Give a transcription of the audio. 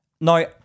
Now